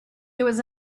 was